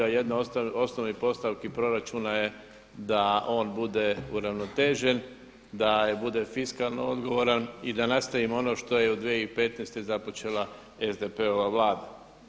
A jedna od osnovnih postavki proračuna je da on bude uravnotežen da bude fiskalno odgovoran i da nastavim ono što je u 2015. započela SDP-ova vlada.